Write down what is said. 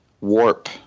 warp